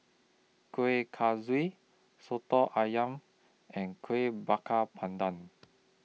Kueh Kaswi Soto Ayam and Kueh Bakar Pandan